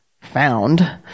Found